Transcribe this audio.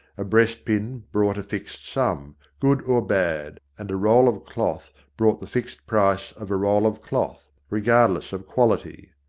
a breast-pin brought a fixed sum, good or bad, and a roll of cloth brought the fixed price of a roll of cloth, regardless of quality.